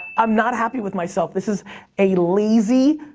i'm not happy with myself. this is a lazy,